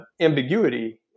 ambiguity